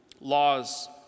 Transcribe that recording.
laws